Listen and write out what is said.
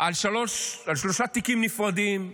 על שלושה תיקים נפרדים: